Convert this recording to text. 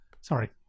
sorry